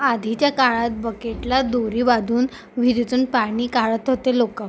आधीच्या काळात बकेटला दोरी बांधून विहीरीतून पाणी काढत होते लोक